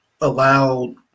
allowed